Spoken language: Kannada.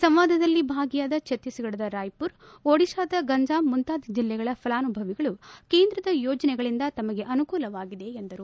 ಸಂವಾದದಲ್ಲಿ ಭಾಗಿಯಾದ ಛತ್ತೀಸ್ಗಢದ ರಾಯ್ಪುರ ಒಡಿತಾದ ಗಂಜಾಮ್ ಮುಂತಾದ ಜಿಲ್ಲೆಗಳ ಫಲಾನುಭವಿಗಳು ಕೇಂದ್ರದ ಯೋಜನೆಗಳಿಂದ ತಮಗೆ ಅನುಕೂಲವಾಗಿದೆ ಎಂದರು